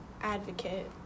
advocate